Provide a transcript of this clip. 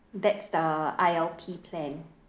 that's the I_L_P plan